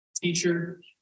teacher